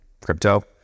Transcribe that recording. crypto